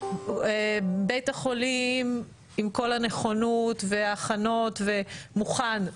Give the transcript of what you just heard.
בית החולים עם כל הנכונות, וההכנות מוכן.